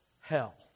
hell